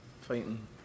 fighting